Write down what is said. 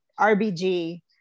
rbg